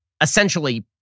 essentially